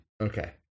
Okay